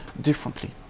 differently